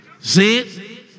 See